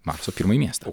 marso pirmąjį miestą